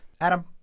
Adam